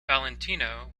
valentino